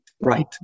right